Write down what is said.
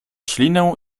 ślinę